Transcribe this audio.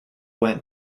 went